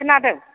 खोनादों